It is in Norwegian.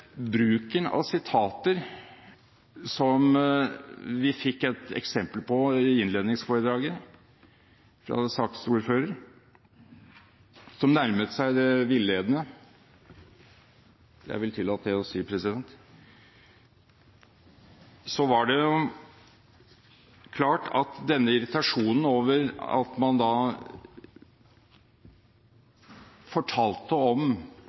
bruken av sitater som vi fikk et eksempel på i innledningsforedraget til saksordføreren – som nærmet seg det villedende, vil jeg tillate meg å si – så var det klart at denne irritasjonen over at man fortalte om